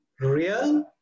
real